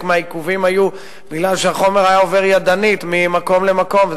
חלק מהעיכובים היו משום שהחומר היה עובר ידנית ממקום למקום,